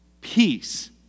peace